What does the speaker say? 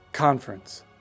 Conference